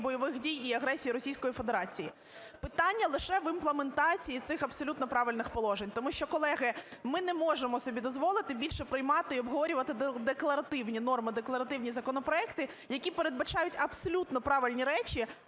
бойових дій і агресії Російської Федерації. Питання лише в імплементації цих, абсолютно правильних, положень. Тому що, колеги, ми не можемо собі дозволити більше приймати і обговорювати декларативні норми, декларативні законопроекти, які передбачають абсолютно правильні речі,